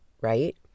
right